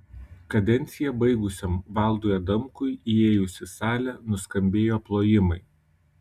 kadenciją baigusiam valdui adamkui įėjus į salę nuskambėjo plojimai